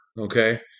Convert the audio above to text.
okay